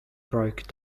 broke